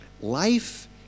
life